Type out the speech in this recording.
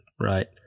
right